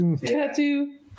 tattoo